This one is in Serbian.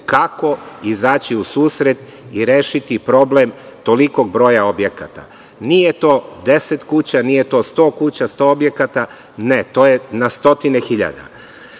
kako izaći u susret i rešiti problem tolikog broja objekata. Nije to deset kuća, nije to 100 kuća, 100 objekata, to je na stotine hiljada. Zakon